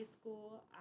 school